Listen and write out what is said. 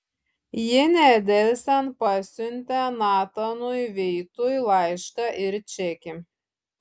ji nedelsiant pasiuntė natanui veitui laišką ir čekį